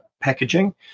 packaging